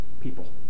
people